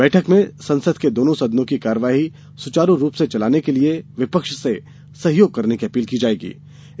बैठक में संसद के दोनों सदनों की कार्यवाही सुचारु रूप से चलाने के लिए विपक्ष से सहयोग करने की अपील की जाएगीं